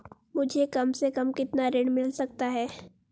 मुझे कम से कम कितना ऋण मिल सकता है?